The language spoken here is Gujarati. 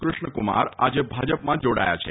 ક્રષ્ણકુમાર આજે ભાજપમાં જોડાયા છે